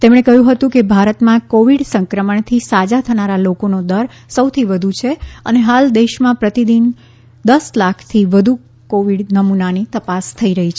તેમણે કહ્યું હતું કે ભારતમાં કોવિડ સંક્રમણથી સાજા થનારા લોકોના દર સૌથી વધુ છે અને હાલ દેશમાં પ્રતિદિન દસ લાખથી વધુ કોવિડ નમૂનાની તપાસ થઈ રહી છે